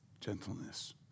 gentleness